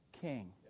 king